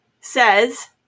says